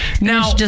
Now